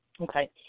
Okay